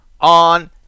on